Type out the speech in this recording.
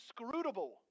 inscrutable